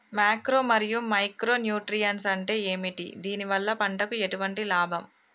Macro మరియు micro nutrients అంటే ఏమిటి? దీనివల్ల పంటకు ఎటువంటి లాభం?